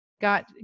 got